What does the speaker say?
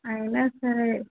అయినా సరే